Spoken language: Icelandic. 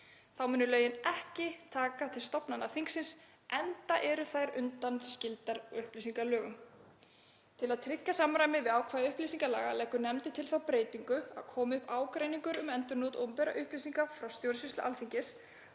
Þá munu lögin ekki taka til stofnana þingsins enda eru þær undanskildar upplýsingalögum. Til að tryggja samræmi við ákvæði upplýsingalaga leggur nefndin til þá breytingu að komi upp ágreiningur um endurnot opinberra upplýsinga frá stjórnsýslu Alþingis